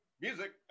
music